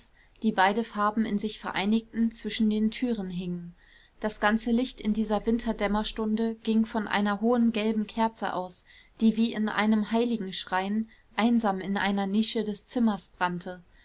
die beide farben in sich vereinigten zwischen den türen hingen das ganze licht in dieser winterdämmerstunde ging von einer hohen gelben kerze aus die wie in einem heiligenschrein einsam in einer nische des zimmers brannte